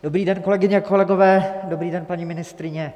Dobrý den, kolegyně, kolegové, dobrý den, paní ministryně.